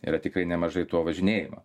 yra tikrai nemažai to važinėjimo